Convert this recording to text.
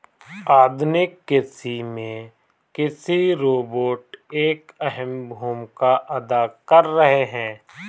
आधुनिक कृषि में कृषि रोबोट एक अहम भूमिका अदा कर रहे हैं